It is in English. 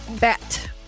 bet